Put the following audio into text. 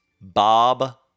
Bob